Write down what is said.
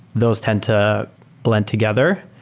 those tend to blend together,